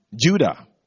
Judah